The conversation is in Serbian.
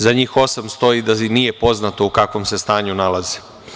Za njih osam stoji da nije poznato u kakvom se stanju nalaze.